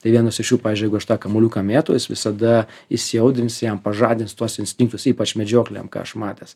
tai vienas iš jų pavyzdžiui jeigu aš tą kamuoliuką mėtau jis visada įsiaudrins jam pažadins tuos instinktus ypač medžiokliniam ką aš matęs